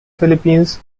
philippines